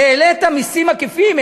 העלית מסים עקיפים,